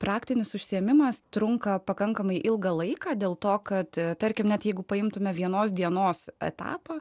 praktinis užsiėmimas trunka pakankamai ilgą laiką dėl to kad tarkim net jeigu paimtumėme vienos dienos etapą